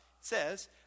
says